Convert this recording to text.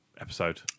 episode